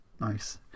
Nice